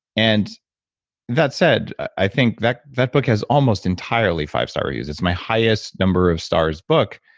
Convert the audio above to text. and that said, i think that that book has almost entirely five star reviews, it's my highest number of stars book.